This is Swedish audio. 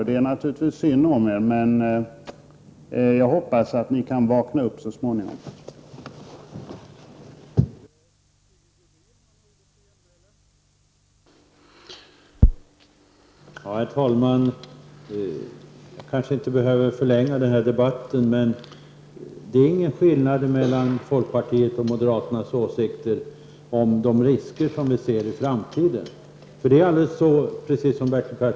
Det är naturligtvis synd om er, men jag hoppas att ni så småningom vaknar upp.